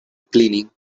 cleaning